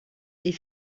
est